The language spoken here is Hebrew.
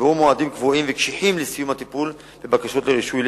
נקבעו מועדים קבועים וקשיחים לסיום הטיפול בבקשות לרישוי.